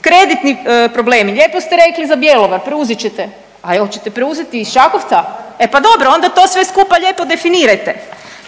kreditni problemi. Lijepo ste rekli za Bjelovar, preuzet ćete, a jel ćete preuzeti i iz Čakovca, e pa dobro onda sve to skupa lijepo definirajte.